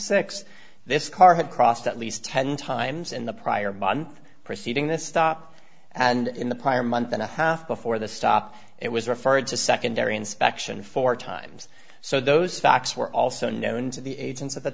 dollars this car had crossed at least ten times in the prior month preceding this stop and in the prior month and a half before the stop it was referred to secondary inspection four times so those facts were also known to the agents at the